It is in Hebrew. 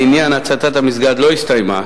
גם בכנסת הזאת וגם בקודמת,